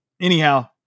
anyhow